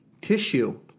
tissue